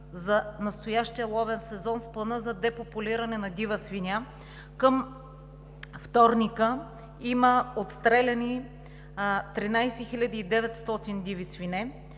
настоящия ловен сезон с плана за депопулиране на дива свиня. Към вторника има отстреляни 13 900 диви свине,